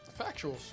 Factuals